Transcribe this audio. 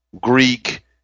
Greek